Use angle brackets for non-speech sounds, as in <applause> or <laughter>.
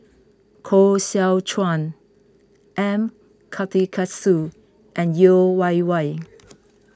Koh Seow Chuan M Karthigesu and Yeo Wei Wei <noise>